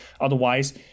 Otherwise